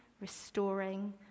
restoring